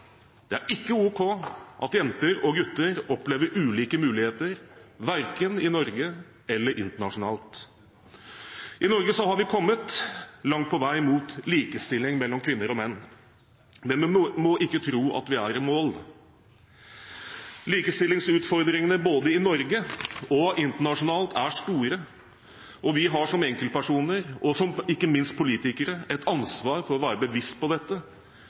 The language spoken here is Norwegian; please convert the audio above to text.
Det er ikke ok at jenter og gutter opplever ulike muligheter verken i Norge eller internasjonalt. I Norge har vi kommet langt på vei mot likestilling mellom kvinner og menn, men vi må ikke tro at vi er i mål. Likestillingsutfordringene både i Norge og internasjonalt er store, og vi har som enkeltpersoner og ikke minst som politikere et ansvar for å være bevisst på dette.